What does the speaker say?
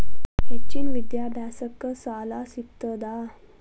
ಹೆಚ್ಚಿನ ವಿದ್ಯಾಭ್ಯಾಸಕ್ಕ ಸಾಲಾ ಸಿಗ್ತದಾ?